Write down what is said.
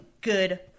good